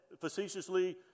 facetiously